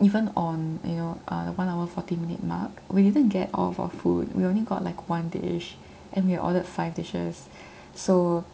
even on you know uh one hour forty minute mark we didn't get all of our food we only got like one dish and we had ordered five dishes so